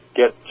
get